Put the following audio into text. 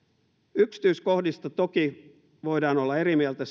yksityiskohdista toki voidaan olla eri mieltä